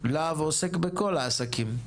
להב עוסק בכל העסקים?